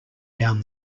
down